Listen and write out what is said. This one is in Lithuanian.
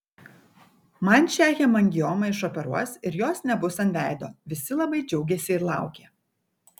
man šią hemangiomą išoperuos ir jos nebus ant veido visi labai džiaugėsi ir laukė